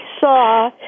saw